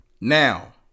Now